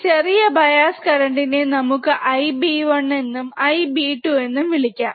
ഈ ചെറിയ bias current നെ നമുക്ക് IB1 എന്നും IB2 എന്നും വിളികാം